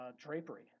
drapery